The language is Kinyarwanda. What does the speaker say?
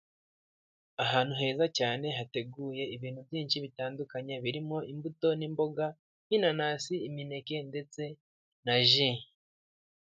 Ahantu heza cyane, hateguye ibintu byinshi bitandukanye, birimo imbuto n'imboga, nk'inanasi, imineke, ndetse na ji.